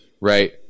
right